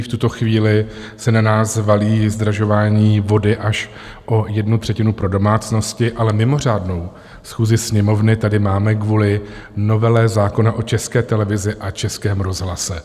V tuto chvíli se na nás valí zdražování vody až o jednu třetinu pro domácnosti, ale mimořádnou schůzi Sněmovny tady máme kvůli novele zákona o České televizi a Českém rozhlase.